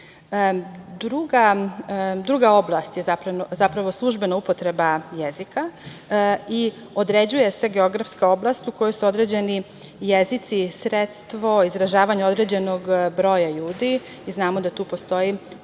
oblast je službena upotreba jezika i određuje se geografska oblast u kojoj su određeni jezici sredstvo izražavanja određenog broja ljudi, znamo da tu postoji,